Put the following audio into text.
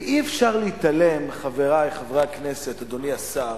אי-אפשר להתעלם, חברי חברי הכנסת, אדוני השר,